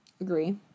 Agree